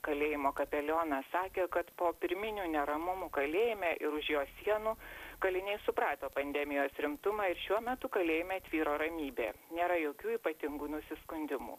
kalėjimo kapelionas sakė kad po pirminių neramumų kalėjime ir už jo sienų kaliniai suprato pandemijos rimtumą ir šiuo metu kalėjime tvyro ramybė nėra jokių ypatingų nusiskundimų